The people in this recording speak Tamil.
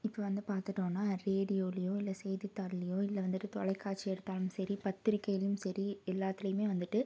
இப்போ வந்து பார்த்துட்டோனா ரேடியோலேயோ இல்லை செய்தித்தாள்லேயோ இல்லை வந்துட்டு தொலைக்காட்சி எடுத்தாலும் சரி பத்திரிக்கைலேயும் சரி எல்லாத்திலேயுமே வந்துட்டு